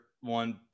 one